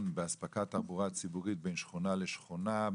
באספקת תחבורה ציבורית בין שכונה לשכונה,